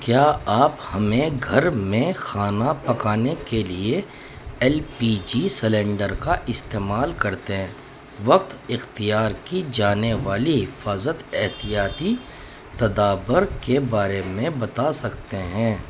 کیا آپ ہمیں گھر میں کھانا پکانے کے لیے ایل پی جی سلینڈر کا استعمال کرتے ہیں وقت اختیار کی جانے والی حفاظت احتیاطی تدابیر کے بارے میں بتا سکتے ہیں